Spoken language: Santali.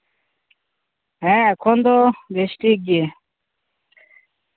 ᱦᱮᱸ ᱮᱠᱷᱚᱱ ᱫᱚ ᱵᱮᱥ ᱴᱷᱤᱠ ᱜᱮ